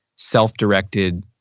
self-directed